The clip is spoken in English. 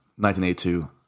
1982